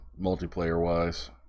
multiplayer-wise